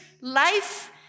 life